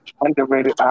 underrated